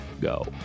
go